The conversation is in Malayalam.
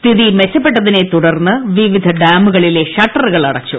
സ്ഥിതി മെച്ചപ്പെട്ടതിനെ തുടർന്ന് വിവിധ ഡാമുകളിലെ ഷട്ടറുകൾ അടച്ചു